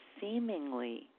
seemingly